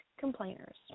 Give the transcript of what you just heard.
complainers